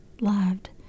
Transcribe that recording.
loved